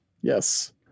Yes